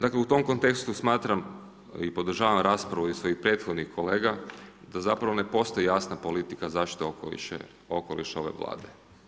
Dakle u tom kontekstu smatram i podržavam raspravu i svojih prethodnih kolega da ne postoji jasna politika zaštite okoliša ove Vlade.